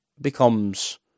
becomes